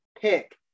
pick